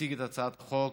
יציג את הצעת החוק